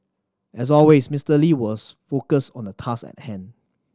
as always Mister Lee was focused on the task at hand